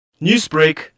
Newsbreak